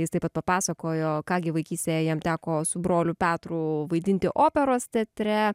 jis taip pat papasakojo ką gi vaikystėje jam teko su broliu petru vaidinti operos teatre